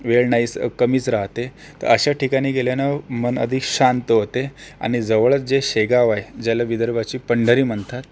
वेळ नाहीच कमीच राहते तर अशा ठिकाणी गेल्यानं मन अधिक शांत होते आणि जवळच जे शेगांव आहे ज्याला विदर्भाची पंढरी म्हणतात